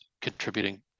contributing